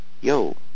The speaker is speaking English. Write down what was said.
yo